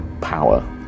power